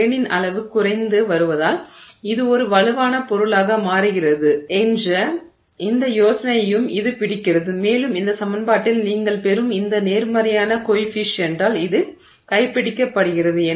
கிரெய்னின் அளவு குறைந்து வருவதால் இது ஒரு வலுவான பொருளாக மாறுகிறது என்ற இந்த யோசனையையும் இது பிடிக்கிறது மேலும் அந்த சமன்பாட்டில் நீங்கள் பெறும் இந்த நேர்மறையான கோயெஃபிஷியன்ட்டால் அது கைப்பிடிக்கப்படுகிறது